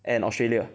and Australia